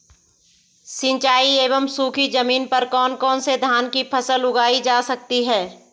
सिंचाई एवं सूखी जमीन पर कौन कौन से धान की फसल उगाई जा सकती है?